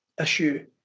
issue